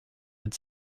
had